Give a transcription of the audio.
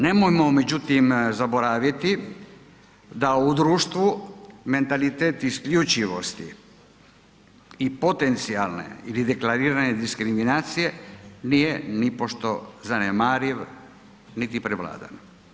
Nemojmo međutim zaboraviti da u društvu mentalitet isključivosti i potencijalne ili deklarirane diskriminacije nije nipošto zanemario niti prevladan.